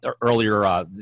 earlier